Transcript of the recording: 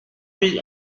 lui